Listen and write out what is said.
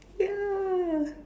ya